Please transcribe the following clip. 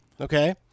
Okay